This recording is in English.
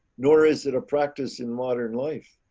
nor is it a practice in modern life.